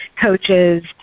coaches